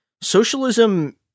socialism